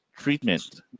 treatment